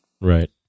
Right